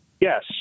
Yes